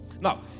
Now